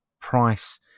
price